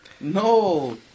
no